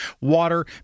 water